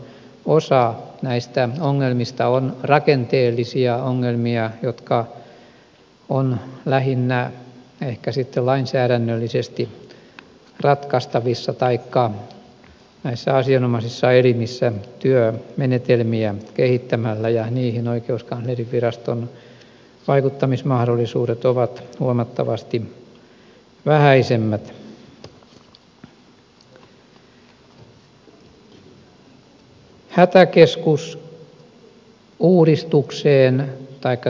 osa näistä ongelmista on rakenteellisia ongelmia jotka ovat lähinnä ehkä sitten lainsäädännöllisesti ratkaistavissa taikka näissä asianomaisissa elimissä työmenetelmiä kehittämällä ja niihin oikeuskanslerinviraston vaikuttamismahdollisuudet ovat huomattavasti vähäisemmät